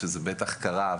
שזה בטח קרה,